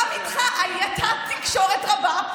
גם איתך הייתה תקשורת רבה,